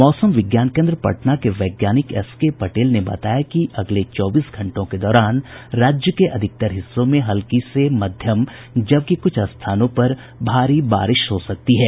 मौसम विज्ञान केन्द्र पटना के वैज्ञानिक एसके पटेल ने बताया कि अगले चौबीस घंटों के दौरान राज्य के अधिकतर हिस्सों में हल्की से मध्यम जबकि कुछ स्थानों पर भारी बारिश हो सकती है